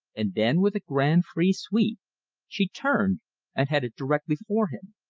and then with a grand free sweep she turned and headed directly for him.